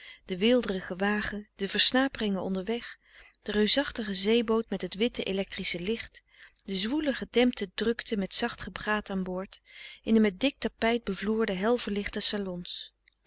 den weelderigen wagen de versnaperingen onderweg de reusachtige zee boot met het witte electrische licht de zwoele gedempte drukte met zacht gepraat aan boord in de met dik tapijt bevloerde helverlichte salons